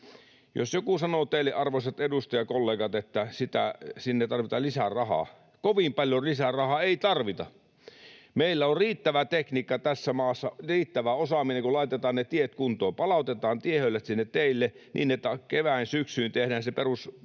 Jos joku sanoo teille, arvoisat edustajakollegat, että sinne tarvitaan lisää rahaa, niin kovin paljon lisää rahaa ei tarvita. Meillä on riittävä tekniikka tässä maassa ja riittävä osaaminen, laitetaan ne tiet kuntoon. Palautetaan tiehöylät sinne teille niin, että keväisin ja syksyisin tehdään se perustienmuotoilu